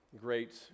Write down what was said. Great